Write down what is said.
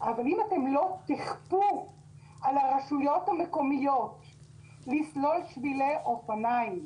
אבל אם אתם לא תכפו על הרשויות המקומיות לסלול שבילי אופניים